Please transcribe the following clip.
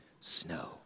Snow